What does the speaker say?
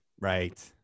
Right